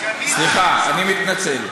סליחה, אני מתנצל.